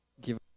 Give